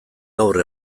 gaur